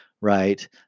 Right